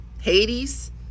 Hades